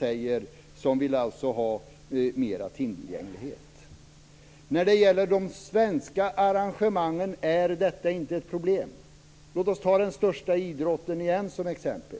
vad ni som vill ha mer tillgänglighet säger. När det gäller de svenska arrangemangen är detta inte ett problem. Låt oss ta den största idrotten igen som exempel.